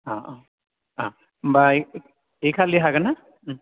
आह आह अह होनबा ए खालि हागोन ना